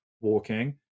walking